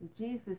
Jesus